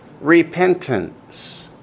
repentance